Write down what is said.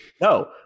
no